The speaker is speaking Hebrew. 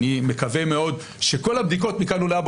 אני מקווה מאוד שכל הבדיקות מכאן ולהבא